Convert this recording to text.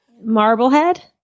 Marblehead